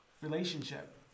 relationship